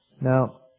Now